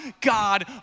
God